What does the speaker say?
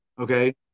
Okay